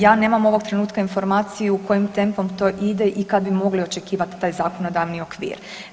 Ja nemam ovoga trenutka informaciju kojim tempom to ide i kada bi mogli očekivati taj zakonodavni okvir.